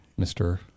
Mr